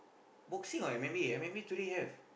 boxing or M_M_A M_M_A today have